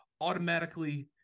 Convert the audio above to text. automatically